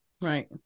Right